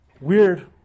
Weird